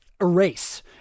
erase